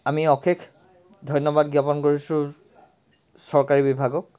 আমি অশেষ ধন্যবাদ জ্ঞাপন কৰিছোঁ চৰকাৰী বিভাগক